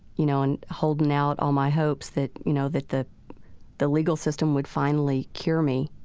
you know, and holding out on my hopes that, you know, that the the legal system would finally cure me.